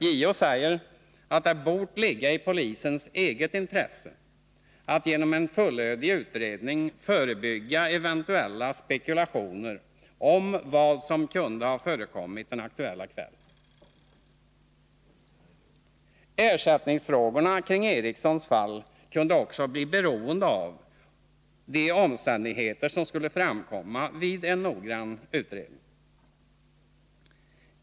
JO säger att det hade bort ligga i polisens eget intresse att genom en fullödig utredning förebygga eventuella spekulationer om vad som kunde ha förekommit den aktuella kvällen. Ersättningen i Erikssons fall kunde också bli beroende av de omständigheter som kunde framkomma vid en noggrann utredning.